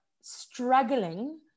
struggling